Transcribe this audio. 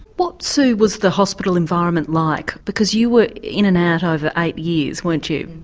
what, sue, was the hospital environment like because you were in and out over eight years, weren't you?